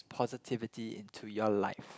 positivity into your life